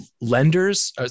lenders